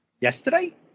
Yesterday